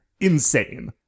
insane